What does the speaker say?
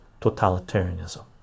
totalitarianism